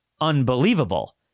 unbelievable